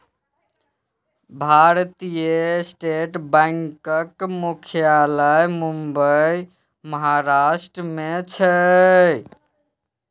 भारतीय स्टेट बैंकक मुख्यालय मुंबई, महाराष्ट्र मे छै